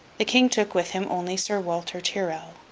the king took with him only sir walter tyrrel,